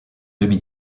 demi